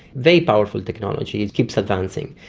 very powerful technology, it keeps advancing.